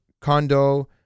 condo